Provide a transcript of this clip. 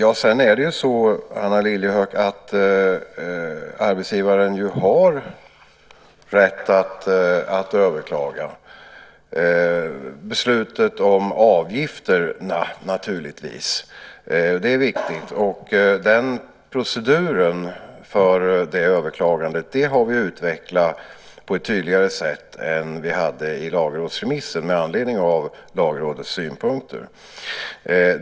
Arbetsgivaren har naturligtvis rätt att överklaga beslutet om avgifterna, Anna Lilliehöök. Det är viktigt. Proceduren för det överklagandet har vi, med anledning av Lagrådets synpunkter, utvecklat på ett tydligare sätt än i lagrådsremissen.